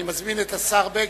אני מזמין את השר בגין